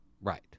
Right